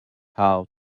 how